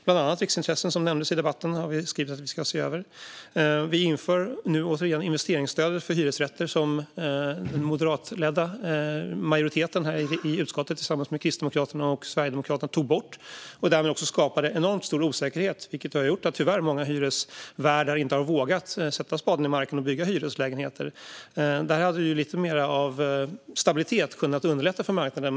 Bland annat riksintressen, som nämndes i debatten, har vi skrivit att vi ska se över. Vi inför nu återigen investeringsstödet för hyresrätter, som den moderatledda majoriteten i utskottet tillsammans med Kristdemokraterna och Sverigedemokraterna tog bort och därmed skapade en enormt stor osäkerhet. Det har gjort att många hyresvärdar tyvärr inte har vågat sätta spaden i marken och bygga hyreslägenheter. Där hade lite mer av stabilitet kunnat underlätta för marknaden.